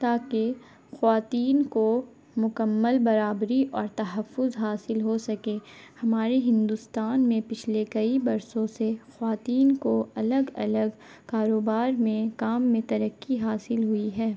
تاکہ خواتین کو مکمل برابری اور تحفظ حاصل ہو سکے ہمارے ہندوستان میں پچھلے کئی برسوں سے خواتین کو الگ الگ کاروبار میں کام میں ترقی حاصل ہوئی ہے